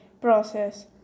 process